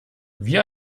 wie